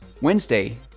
Wednesday